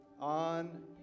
on